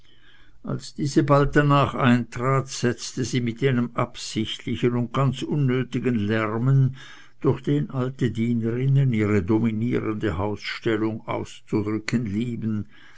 als diese bald danach eintrat setzte sie mit jenem absichtlichen und ganz unnötigen lärmen durch den alte dienerinnen ihre dominierende hausstellung auszudrücken lieben